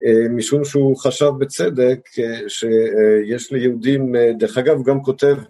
משום שהוא חשב בצדק שיש ליהודים, דרך אגב, הוא גם כותב